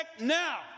now